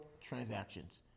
transactions